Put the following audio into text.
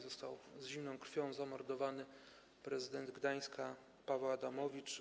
Został z zimną krwią zamordowany prezydent Gdańska Paweł Adamowicz.